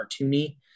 cartoony